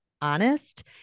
honest